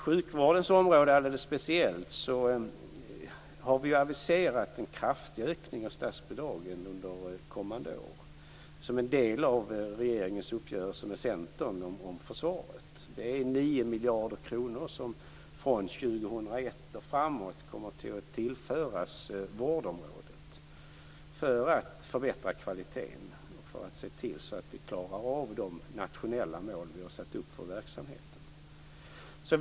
På sjukvårdens område har vi aviserat en kraftig ökning av statsbidragen under kommande år som en del av regeringens uppgörelse med Centern om försvaret. Det är 9 miljarder kronor som kommer att tillföras vårdområdet från 2001 och framåt för att förbättra kvaliteten och för att se till att vi klarar av de nationella mål som vi har satt upp för verksamheten.